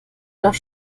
nach